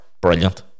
brilliant